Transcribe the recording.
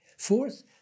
Fourth